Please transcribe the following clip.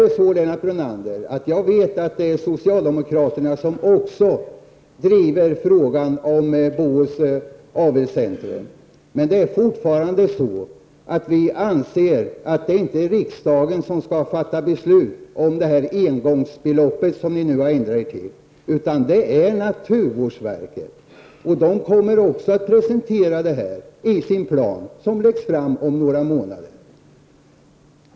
Jag vet att det också finns socialdemokrater som driver frågan om Bohus Avelscentrum, Lennart Brunander. Men vi socialdemokrater anser fortfarande att det inte är riksdagen som skall fatta beslut om det här engångsbeloppet. Det skall naturvårdsverket göra. Det kommer också att redovisa detta i sin plan som läggs fram om några månader.